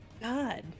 God